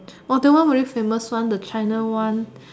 orh that one very famous one the China one